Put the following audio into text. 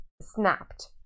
snapped